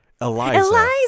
Eliza